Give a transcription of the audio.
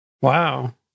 Wow